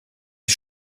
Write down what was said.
des